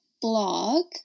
blog